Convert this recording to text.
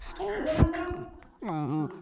तदनन्तरं